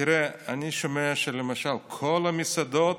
תראה, אני שומע שלמשל לגבי כל המסעדות